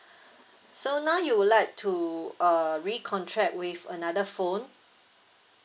so now you would like to uh recontract with another phone